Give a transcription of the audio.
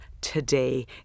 today